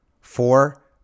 four